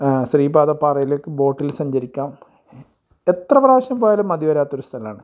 ശ്രീപാദ പാറയിലേക്ക് ബോട്ടിൽ സഞ്ചരിക്കാം എത്ര പ്രാവശ്യം പോയാലും മതിവരാത്തൊരു സ്ഥലമാണ്